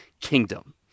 kingdom